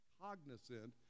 cognizant